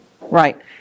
Right